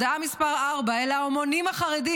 הודעה מס' 4: "אל ההמונים החרדים,